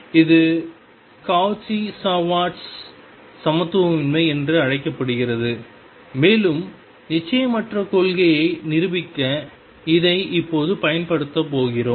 இது Cauchy Schwarz சமத்துவமின்மை என்று அழைக்கப்படுகிறது மேலும் நிச்சயமற்ற கொள்கையை நிரூபிக்க இதை இப்போது பயன்படுத்தப் போகிறோம்